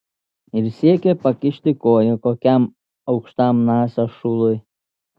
ir siekia pakišti koją kokiam aukštam nasa šului